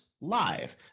live